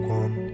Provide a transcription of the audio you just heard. one